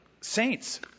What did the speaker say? saints